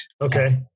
Okay